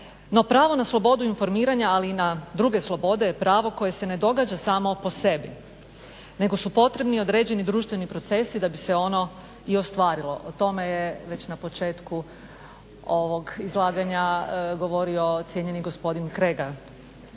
No pravo na slobodu informiranja, ali i na druge slobode je pravo koje se ne događa samo po sebi, nego su potrebni određeni društveni procesi da bi se ono i ostvarilo. O tome je već na početku ovog izlaganja govorio cijenjeni gospodin Kregar.